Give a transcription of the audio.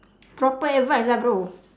proper advice lah bro